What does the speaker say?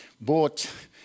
bought